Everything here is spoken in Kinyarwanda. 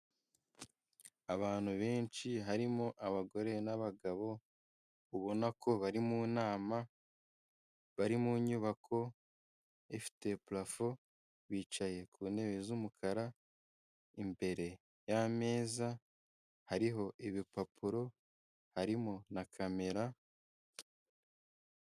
Abantu benshi, harimo abagore n'abagabo, ubona ko bari mu nama, bari mu nyubako ifite parafo, bicaye ku ntebe z'umukara, imbere y'ameza hariho ibipapuro, harimo na kamera.